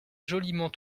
joliment